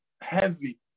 heavy